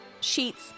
Sheets